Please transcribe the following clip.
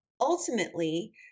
ultimately